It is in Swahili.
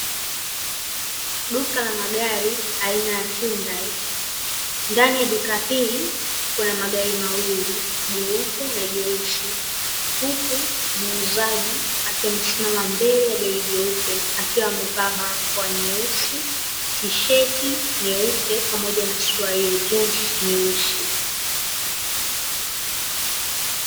Duka la magari aina ya Hyundai. Ndani ya duka hili kuna magari mawili, jeupe na jeusi; huku muuzaji akiwa amesimama mbele ya gari jeupe akiwa amevaa barakoa nyeusi, tisheti nyeupe pamoja na suruali ya jinzi nyeusi.